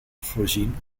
voorzien